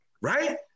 Right